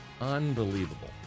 Unbelievable